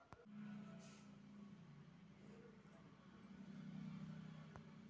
ಗೋಂಜಾಳ ಬೆಳಿಗೆ ಮಳೆ ಪ್ರಮಾಣ ಎಷ್ಟ್ ಆಗ್ಬೇಕ?